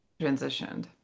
transitioned